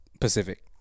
Pacific